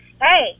Hey